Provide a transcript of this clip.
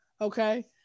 okay